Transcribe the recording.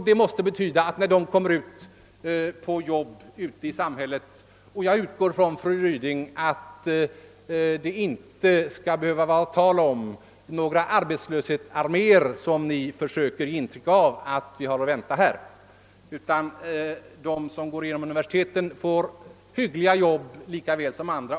Det måste betyda att när de gått igenom universiteten och kommer ut i samhället — och jag utgår från, fru Ryding, att det inte skall behöva bli fråga om några sådana arbetslöshetsarméer som ni försöker ge intryck av att vi har ati vänta — får de hyggliga jobb lika väl som : andra.